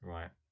Right